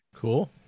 Cool